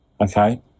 Okay